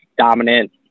dominant